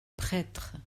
prêtres